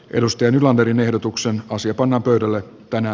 edustaja nylanderin ehdotuksen asia pannaan pöydälle tänä